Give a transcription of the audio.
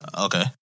Okay